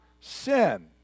sin